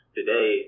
today